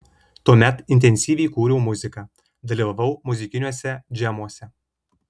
tuomet intensyviai kūriau muziką dalyvavau muzikiniuose džemuose